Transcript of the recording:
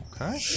Okay